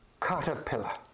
caterpillar